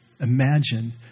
imagine